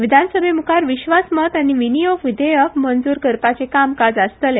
विधानसभेमुखार विश्वासमत आनी विनीयोग विधेयक मंजूर करपाचे कामकाज आसतले